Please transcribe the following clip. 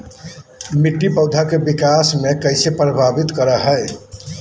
मिट्टी पौधा के विकास के कइसे प्रभावित करो हइ?